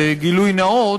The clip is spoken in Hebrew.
בגילוי נאות,